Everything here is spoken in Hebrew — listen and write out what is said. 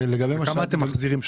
כמה אתם מחזירים?